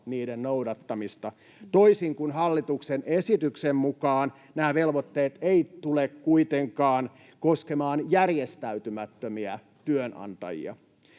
Laakson välihuuto] toisin kuin hallituksen esityksen mukaan nämä velvoitteet eivät tule kuitenkaan koskemaan järjestäytymättömiä työnantajia.